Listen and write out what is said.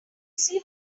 see